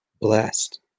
blessed